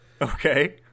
Okay